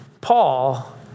Paul